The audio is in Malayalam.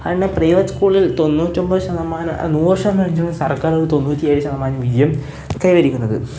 അതുതന്നെ പ്രൈവറ്റ് സ്കൂളിൽ തൊണ്ണൂറ്റൊന്പത് ശതമാനം അല്ല നൂറ് സർക്കാർ സ്കൂൾ തൊണ്ണൂറ്റിയേഴ് ശതമാനം വിജയം കൈവരിക്കുന്നത്